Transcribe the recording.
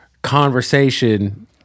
conversation